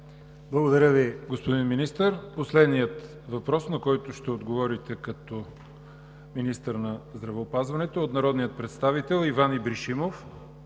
Благодаря Ви, господин Министър. Последният въпрос, на който ще отговорите като Министър на здравеопазването, е народния представител Иван Ибришимов